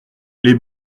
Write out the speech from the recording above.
les